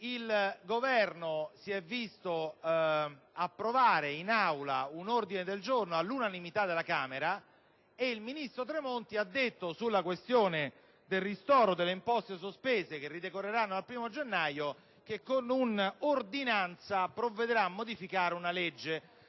il Governo ha visto approvare in Aula un ordine del giorno all'unanimità. Il ministro Tremonti ha allora detto, sulla questione del ristoro delle imposte sospese che ridecorreranno dal 1° gennaio, che con un'ordinanza si provvederà a modificare una legge.